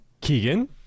Keegan